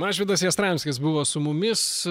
mažvydas jastramskis buvo su mumis